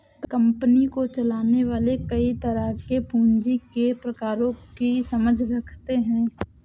company को चलाने वाले कई तरह के पूँजी के प्रकारों की समझ रखते हैं